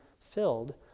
filled